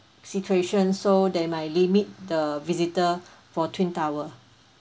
situation so they might limit the visitor for twin tower